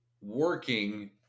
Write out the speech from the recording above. working